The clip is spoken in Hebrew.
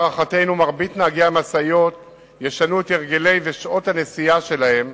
להערכתנו רוב נהגי המשאיות ישנו את הרגלי הנסיעה ואת שעות הנסיעה שלהם,